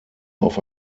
auf